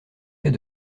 fait